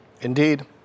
Indeed